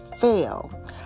fail